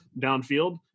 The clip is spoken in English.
downfield